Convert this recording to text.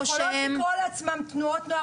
הן יכולות לקרוא לעצמן תנועות נוער